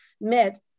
met